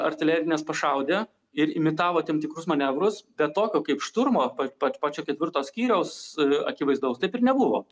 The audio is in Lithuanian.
artilerinės pašaudė ir imitavo tam tikrus manevrus bet tokio kaip šturmo pa pa pačio ketvirto skyriaus akivaizdaus taip ir nebuvo